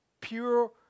pure